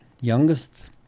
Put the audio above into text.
youngest